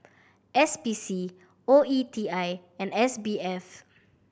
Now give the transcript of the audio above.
S P C O E T I and S B F